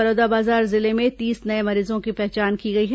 बलौदाबाजार जिले में तीस नए मरीजों की पहचान की गई है